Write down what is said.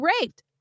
raped